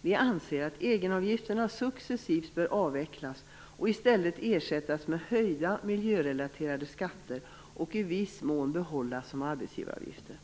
Vi anser att egenavgifterna successivt bör avvecklas och ersättas med höjda miljörelaterade skatter samt i viss mån behålla dem som arbetsgivaravgifter.